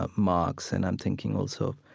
um marx, and i'm thinking also,